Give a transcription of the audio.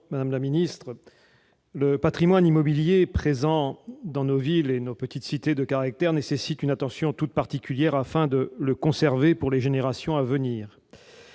Madame la ministre, le patrimoine immobilier de nos villes et de nos petites cités de caractère nécessite une attention toute particulière afin qu'il puisse être conservé pour les générations à venir.